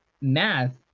math